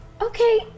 Okay